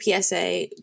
PSA